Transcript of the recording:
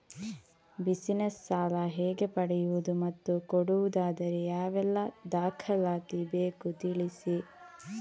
Business ಸಾಲ ಹೇಗೆ ಪಡೆಯುವುದು ಮತ್ತು ಕೊಡುವುದಾದರೆ ಯಾವೆಲ್ಲ ದಾಖಲಾತಿ ಬೇಕು ತಿಳಿಸಿ?